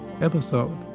episode